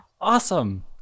awesome